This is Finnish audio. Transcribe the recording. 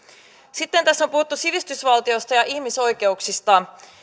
sitten tässä on puhuttu sivistysvaltiosta ja ihmisoikeuksista